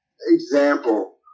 example